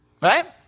right